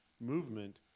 movement